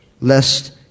lest